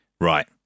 right